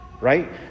right